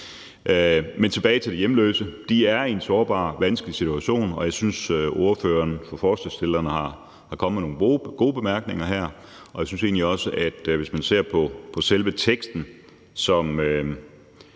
Men tilbage til de hjemløse. De er i en sårbar og vanskelig situation, og jeg synes, at ordføreren for forslagsstillerne er kommet med nogle gode bemærkninger her, og jeg synes egentlig også, at man skal se på selve forslagsteksten